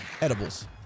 Edibles